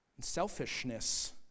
Selfishness